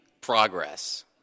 progress